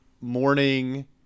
morning